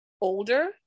older